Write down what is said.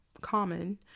common